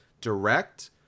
direct